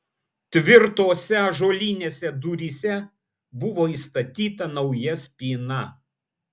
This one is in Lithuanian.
tvirtose ąžuolinėse duryse buvo įstatyta nauja spyna